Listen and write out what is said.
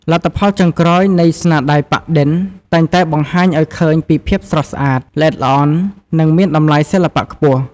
លទ្ធផលចុងក្រោយនៃស្នាដៃប៉ាក់-ឌិន តែងតែបង្ហាញឱ្យឃើញពីភាពស្រស់ស្អាត ល្អិតល្អន់ និងមានតម្លៃសិល្បៈខ្ពស់។